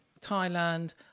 Thailand